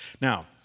Now